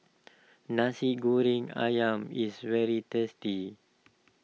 Nasi Goreng Ayam is very tasty